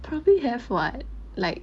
probably have what like